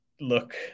look